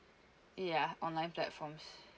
ya online platforms